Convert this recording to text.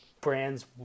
brands